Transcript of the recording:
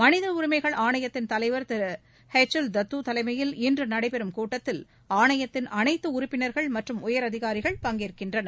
மனித உரிமைகள் ஆணையத்தின் தலைவர் திரு எச் எல் தத்து தலைமையில் இன்று நடைபெறும் கூட்டத்தில் ஆணையத்தின் அனைத்து உறுப்பினர்கள் மற்றும் உயரதிகாரிகள் பங்கேற்கின்றனர்